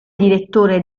direttore